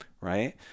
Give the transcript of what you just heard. right